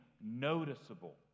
noticeable